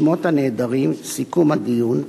שמות הנעדרים, סיכום הדיון,